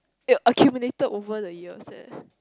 it accumulated over the year eh